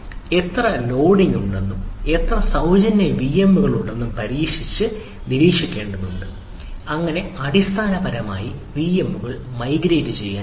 എത്ര ലോഡിംഗ് ഉണ്ടെന്നും എത്ര സൌജന്യ വിഎമ്മുകൾ ഉണ്ടെന്നും പരിശോധിച്ച് നിരീക്ഷിക്കേണ്ടതുണ്ട് അങ്ങനെ അടിസ്ഥാനപരമായി വിഎമ്മുകൾ മൈഗ്രേറ്റ് ചെയ്യാൻ കഴിയും